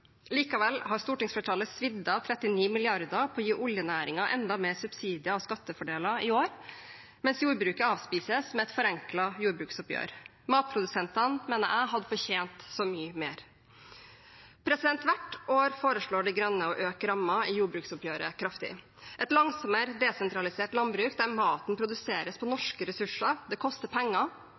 Likevel har stortingsflertallet svidd av 39 mrd. kr på å gi oljenæringen enda mer subsidier og skattefordeler i år, mens jordbruket avspises med et forenklet jordbruksoppgjør. Matprodusentene, mener jeg, hadde fortjent så mye mer. Hvert år foreslår De Grønne å øke rammen i jordbruksoppgjøret kraftig. Et langsommere, desentralisert landbruk der maten produseres på norske ressurser, koster penger,